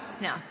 no